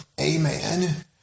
amen